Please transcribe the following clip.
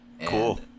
Cool